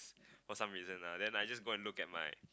for some reason uh then I just go and look at my